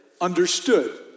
understood